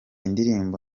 indirimbo